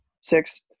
six